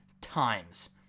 times